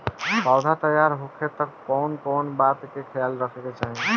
पौधा तैयार होखे तक मे कउन कउन बात के ख्याल रखे के चाही?